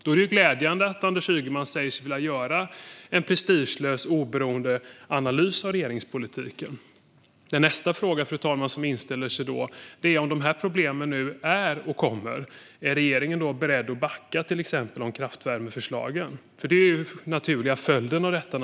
Då är det glädjande att Anders Ygeman säger sig vilja göra en prestigelös, oberoende analys av regeringspolitiken. Nästa fråga som inställer sig, fru talman, är denna: Om dessa problem är och kommer, är regeringen då beredd att backa till exempel om kraftvärmeförslagen? Det är ju den naturliga följden av detta.